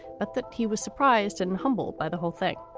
but that he was surprised and humbled by the whole thing.